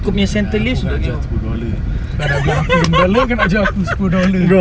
untungnya aku pun nak jual sepuluh dolar kau dah belah aku lima dolar kau nak jual aku sepuluh dolar